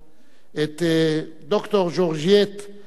ולד"ר ג'ורג'יט אווקיאן